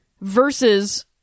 versus